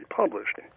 published